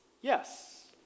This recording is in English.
yes